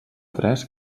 tres